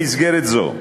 במסגרת זו,